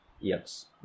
Yes